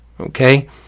okay